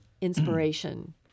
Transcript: inspiration